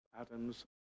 Adam's